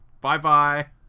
Bye-bye